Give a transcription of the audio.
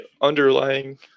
underlying